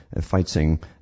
fighting